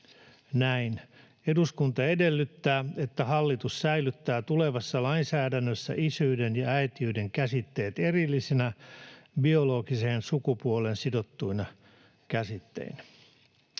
näin: ”Eduskunta edellyttää, että hallitus säilyttää tulevassa lainsäädännössä isyyden ja äitiyden käsitteet erillisinä, biologiseen sukupuoleen sidottuina käsitteinä.”